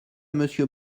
monsieur